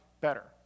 better